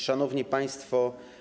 Szanowni Państwo!